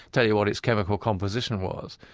tell you what its chemical composition was,